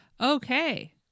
okay